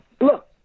look